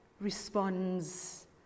responds